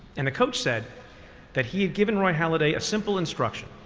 and the coach said that he had given roy halladay a simple instruction.